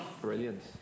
Brilliant